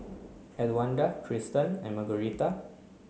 Elwanda Tristan and Margueritta